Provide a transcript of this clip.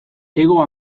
hego